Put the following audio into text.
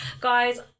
Guys